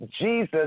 Jesus